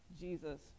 Jesus